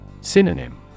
Synonym